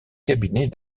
cabinet